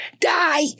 Die